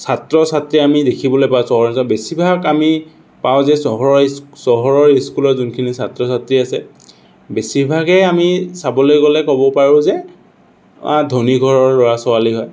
ছাত্ৰ ছাত্ৰী আমি দেখিবলৈ পাওঁ চহৰৰ অঞ্চলত বেছিভাগ আমি পাওঁ যে চহৰৰ স্কুল চহৰৰ স্কুলৰ যোনখিনি ছাত্ৰ ছাত্ৰী আছে বেছিভাগেই আমি চাবলৈ গ'লে ক'ব পাৰোঁ যে ধনী ঘৰৰ ল'ৰা ছোৱালী হয়